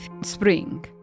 spring